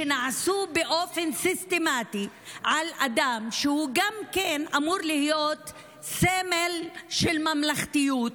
שנעשו באופן סיסטמטי על אדם שהוא גם אמור להיות סמל של ממלכתיות,